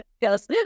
Yes